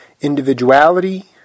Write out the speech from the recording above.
individuality